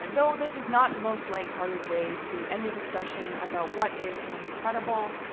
though this is not the most lighthearted way to end the discussion about what is an incredible,